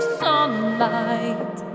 sunlight